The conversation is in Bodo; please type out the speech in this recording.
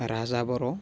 राजा बर'